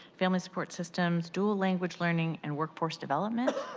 family support systems, dual language learning, and workforce development.